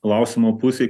klausimo pusė